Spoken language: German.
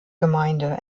gemeinde